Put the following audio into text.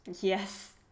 yes